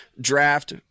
draft